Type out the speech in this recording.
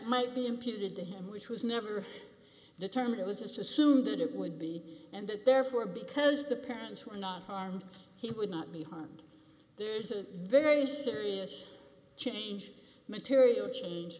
might be imputed to him which was never determined it was assumed that it would be and that therefore because the parents were not harmed he would not be harmed there is a very serious change material